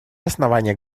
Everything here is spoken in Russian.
основания